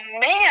man